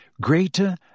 Greater